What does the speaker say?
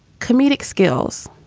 comedic skills.